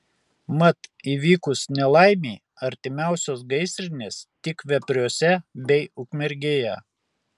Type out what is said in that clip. mat įvykus nelaimei artimiausios gaisrinės tik vepriuose bei ukmergėje